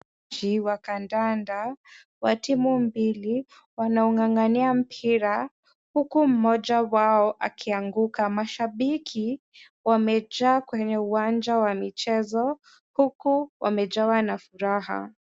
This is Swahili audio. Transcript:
Uchezaji wa kandanda wa timu mbili, wanag'ang'ania mpira, huku mmoja wao akianguka. Mashabiki wamejaa kwenye uwanja wa michezo huku wamejawa na furaha.